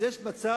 אז יש מצב